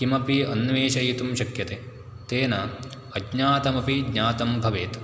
किमपि अन्वेषयितुं शक्यते तेन अज्ञातममि ज्ञातं भवेत्